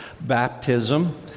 baptism